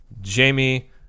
Jamie